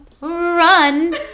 run